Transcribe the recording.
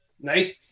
nice